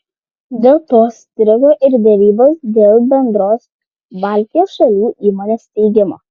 dėl to strigo ir derybos dėl bendros baltijos šalių įmonės steigimo